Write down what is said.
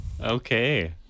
Okay